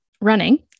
running